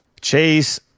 chase